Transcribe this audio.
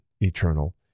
eternal